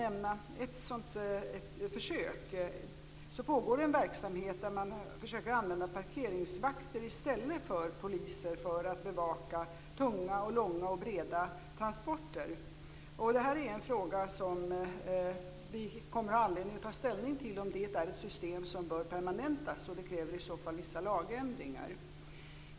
Sedan ett par år pågår en verksamhet där man försöker använda parkeringsvakter i stället för poliser för att bevaka tunga, långa och breda transporter. Vi kommer att ha anledning att ta ställning till om detta är ett system som bör permanentas. Det kräver i så fall vissa lagändringar.